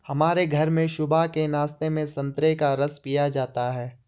हमारे घर में सुबह के नाश्ते में संतरे का रस पिया जाता है